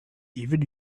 even